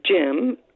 Jim